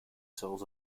souls